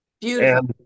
Beautiful